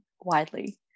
widely